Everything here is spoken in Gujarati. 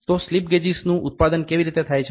તો સ્લિપ ગેજિસનું ઉત્પાદન કેવી રીતે થાય છે